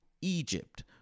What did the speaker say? Egypt